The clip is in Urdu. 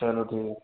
چلو ٹھیک